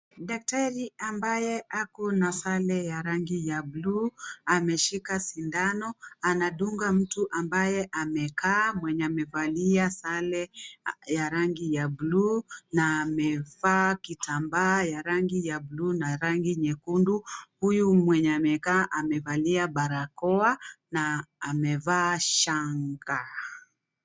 Daktari ambaye ako na sare ya rangi ya blue ameshika sindano anadunga mtu ambaye amekaa, mwenye amevalia sare ya rangi ya blue na amevaa kitambaa ya rangi ya blue na rangi nyekundu, huyu mwenye amekaa amevalia barakoa na amevaa shanga.